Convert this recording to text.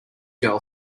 girl